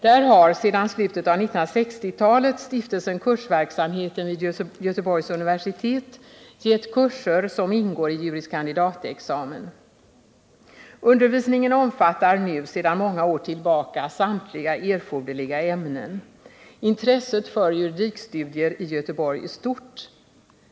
Där har sedan slutet av 1960-talet Stiftelsen kursverksamheten vid Göteborgs universitet gett kurser som ingår i jur.kand.-examen. Undervisningen omfattar nu sedan många år tillbaka samtliga erforderliga ämnen. Intresset för juridikstudier i Göteborg är stort.